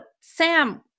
Sam